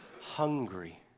hungry